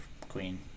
queen